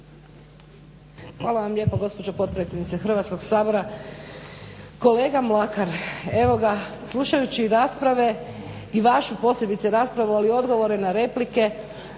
Hvala vam lijepo gospođo potpredsjednice Hrvatskog sabora. Kolega Mlakar, evo ga slušajući rasprave i vašu posebice raspravu ali odgovore na replike